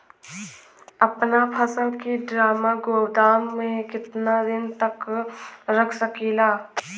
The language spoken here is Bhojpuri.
अपना फसल की ड्रामा गोदाम में कितना दिन तक रख सकीला?